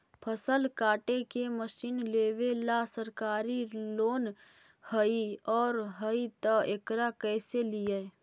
फसल काटे के मशीन लेबेला सरकारी लोन हई और हई त एकरा कैसे लियै?